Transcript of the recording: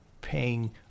paying